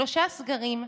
שלושה סגרים,